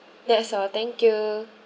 that is all thank you